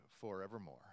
forevermore